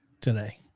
today